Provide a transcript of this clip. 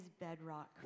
bedrock